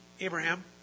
Abraham